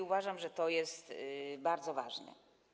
Uważam, że to jest bardzo ważne.